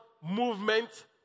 movement